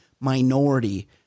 minority